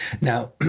Now